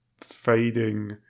fading